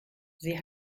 sie